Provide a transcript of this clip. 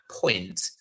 point